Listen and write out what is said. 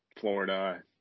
Florida